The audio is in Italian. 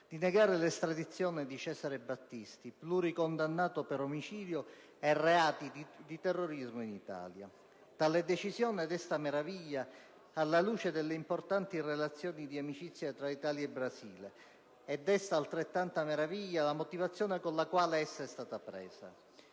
di negare l'estradizione di Cesare Battisti, pluricondannato per omicidio e reati di terrorismo in Italia. Tale decisione desta meraviglia alla luce delle importanti relazioni di amicizia tra Italia e Brasile e desta altrettanta meraviglia la motivazione con la quale è stata presa.